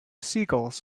seagulls